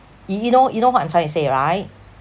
y~ you know you know what I'm trying to say right